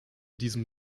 diesem